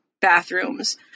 bathrooms